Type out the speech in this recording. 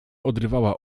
odrywała